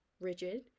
rigid